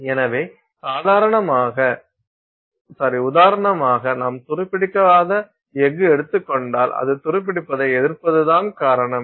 எனவே உதாரணமாக நாம் துருப்பிடிக்காத எஃகு எடுத்துக் கொண்டால் அது துருப்பிடிப்பதை எதிர்ப்பதுதான் காரணம்